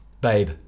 babe